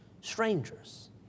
strangers